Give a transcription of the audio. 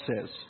says